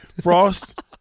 Frost